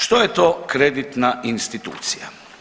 Što je to kreditna institucija?